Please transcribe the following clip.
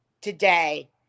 today